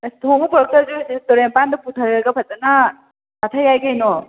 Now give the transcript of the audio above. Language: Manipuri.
ꯑꯁ ꯊꯣꯡꯉ ꯄꯣꯔꯛꯇ꯭ꯔꯁꯨ ꯇꯣꯔꯦꯟ ꯄꯥꯟꯗ ꯄꯨꯊꯔꯒ ꯐꯖꯅ ꯆꯥꯊ ꯌꯥꯏ ꯀꯩꯅꯣ